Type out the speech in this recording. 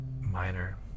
minor